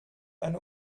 eine